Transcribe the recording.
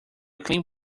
clean